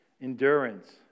Endurance